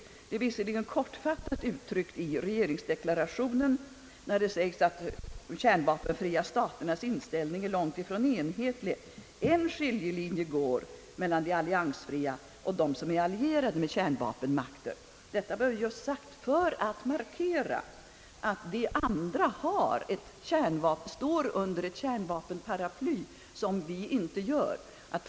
Saken är visserligen kortfattat uttryckt i regeringsdeklarationen, som säger att de kärnvapenfria staternas inställning är långtifrån enhetlig, att en skiljelinje går mellan dem som är alliansfria och dem som är allierade med kärnvapenmakter. Detta blev sagt just för att markera, att dessa senare står under ett kärnvapenparaply som de förra inte har.